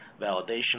validation